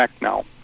Now